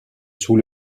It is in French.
sous